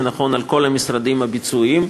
זה נכון לכל המשרדים הביצועיים.